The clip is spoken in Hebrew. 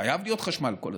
חייב להיות חשמל כל הזמן.